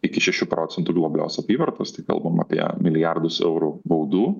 iki šešių procentų globalios apyvartos tai kalbam apie milijardus eurų baudų